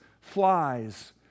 flies